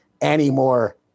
anymore